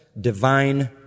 divine